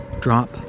Drop